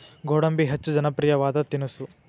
ಗೋಡಂಬಿ ಹೆಚ್ಚ ಜನಪ್ರಿಯವಾದ ತಿನಿಸು